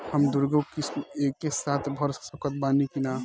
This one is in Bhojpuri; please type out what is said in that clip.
हम दु गो किश्त एके साथ भर सकत बानी की ना?